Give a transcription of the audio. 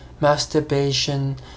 masturbation